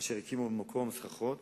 שהקים בו סככות.